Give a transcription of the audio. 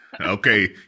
okay